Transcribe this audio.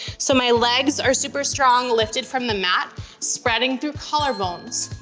so my legs are super strong, lifted from the mat, spreading through collar bones.